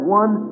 one